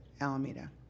Alameda